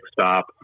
stop